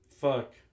fuck